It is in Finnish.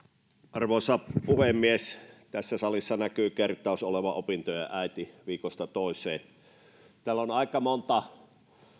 arvoisa puhemies tässä salissa näkyy kertaus olevan opintojen äiti viikosta toiseen täällä on aika monta